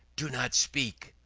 do not speak.